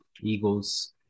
Eagles